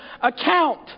account